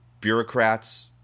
bureaucrats